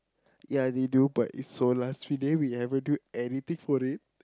ya and you do but it's so last minute we haven't do anything for it